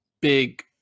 big